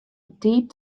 betiid